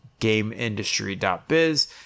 GameIndustry.biz